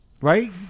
Right